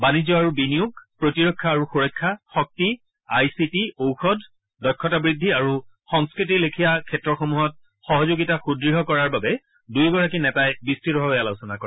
বাণিজ্য আৰু বিনিয়োগ প্ৰতিৰক্ষা আৰু সুৰক্ষা শক্তি আই চি টি ঔষধ দক্ষতা বৃদ্ধি আৰু সংস্কৃতিৰ লেখিয়া ক্ষেত্ৰসমূহত সহযোগিতা সুদ্য় কৰাৰ বাবে দুয়োগৰাকী নেতাই বিস্ততভাৱে আলোচনা কৰে